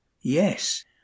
yes